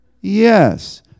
Yes